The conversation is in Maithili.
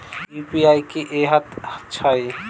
यु.पी.आई की हएत छई?